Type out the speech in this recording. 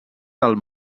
del